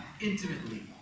intimately